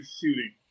shooting